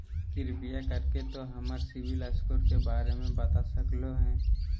कृपया कर के तों हमर सिबिल स्कोर के बारे में बता सकलो हें?